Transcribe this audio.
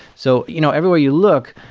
so you know everywhere you look,